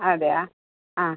അതെയോ ആ